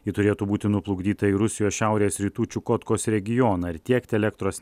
ji turėtų būti nuplukdyta į rusijos šiaurės rytų čiukotkos regioną ir tiekti elektros